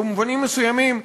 במובנים מסוימים,